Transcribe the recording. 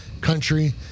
country